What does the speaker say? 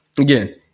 again